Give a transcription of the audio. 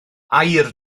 aur